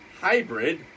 hybrid